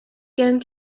going